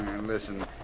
Listen